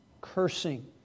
Cursing